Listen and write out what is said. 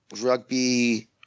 rugby